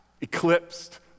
eclipsed